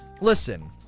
listen